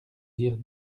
dire